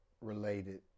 related